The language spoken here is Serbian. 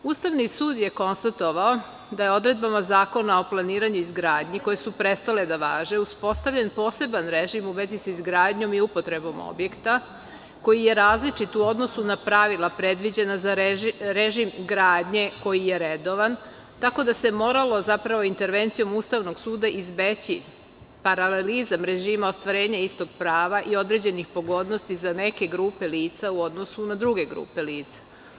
Ustavni sud je konstatovao da je odredbama Zakona o planiranju i izgradnji, koje su prestale da važe, uspostavljen poseban režim u vezi sa izgradnjom i upotrebom objekta koji je različit u odnosu na pravila predviđena za režim gradnje koji je redovan, tako da se moralo intervencijom Ustavnog suda izbeći paralelizam režima ostvarenja istog prava i određenih pogodnosti za neke grupe lica u odnosu na druge grupe lica.